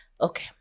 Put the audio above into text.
Okay